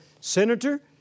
Senator